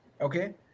okay